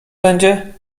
będzie